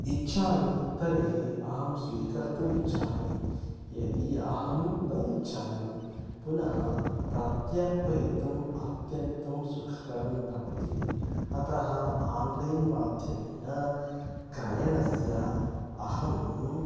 इच्छामि तर्हि अहं स्वीकर्तुमिच्छामि यदि अहं न इच्छामि पुनः प्रत्यर्पयितुम् अत्यन्तं सुखकरं भवति अतः आन्लैन् माध्यमेन क्रयणस्य अहम्